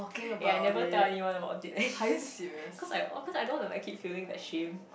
eh I never tell anyone about it eh cause I cause I don't wanna like keep feeling that shame